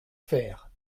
faire